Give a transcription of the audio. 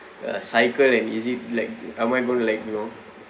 uh cycle and is it like am I going to like you know